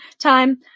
time